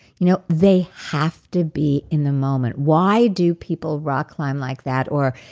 you know they have to be in the moment. why do people rock climb like that? or,